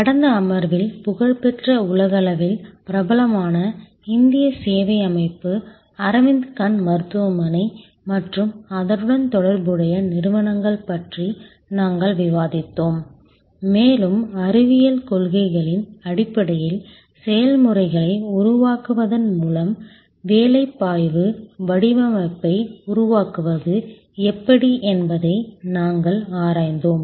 கடந்த அமர்வில் புகழ்பெற்ற உலகளவில் பிரபலமான இந்திய சேவை அமைப்பு அரவிந்த் கண் மருத்துவமனை மற்றும் அதனுடன் தொடர்புடைய நிறுவனங்கள் பற்றி நாங்கள் விவாதித்தோம் மேலும் அறிவியல் கொள்கைகளின் அடிப்படையில் செயல்முறைகளை உருவாக்குவதன் மூலம் வேலைப்பாய்வு வடிவமைப்பை உருவாக்குவது எப்படி என்பதை நாங்கள் ஆராய்ந்தோம்